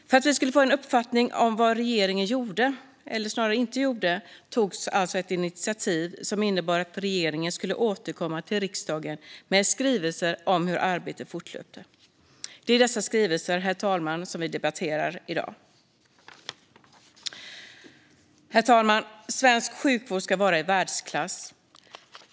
För att vi skulle få en uppfattning om vad regeringen gjorde, eller snarare inte gjorde, togs ett initiativ som innebar att regeringen skulle återkomma till riksdagen med skrivelser om hur arbetet fortlöpte. Det är dessa skrivelser, herr talman, som debatteras i dag. Herr talman! Svensk sjukvård ska vara i världsklass.